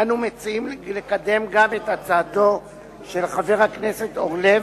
אנו מציעים לקדם גם את הצעתו של חבר הכנסת אורלב,